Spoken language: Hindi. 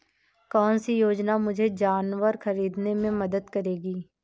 कौन सी योजना मुझे जानवर ख़रीदने में मदद करेगी?